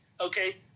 Okay